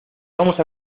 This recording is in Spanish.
vamos